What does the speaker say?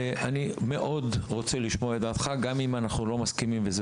אני לא יודעת, בינתיים אני מחוקקת פה.